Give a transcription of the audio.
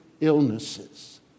illnesses